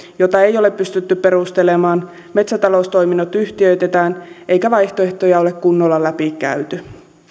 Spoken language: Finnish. jota ei ole pystytty perustelemaan metsätaloustoiminnot yhtiöitetään eikä vaihtoehtoja ole kunnolla läpikäyty